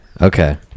Okay